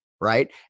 Right